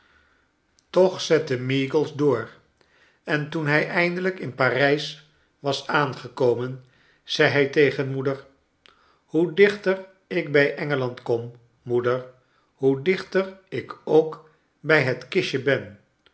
toch zette meagles door en toen hij eindelijk in parijs was aangekomen zei hij tegen moeder hoe dichter ik bij engeland kom moeder hoe dichter ik ook bij het kistje ben